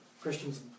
Christians